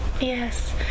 Yes